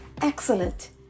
Excellent